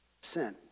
sin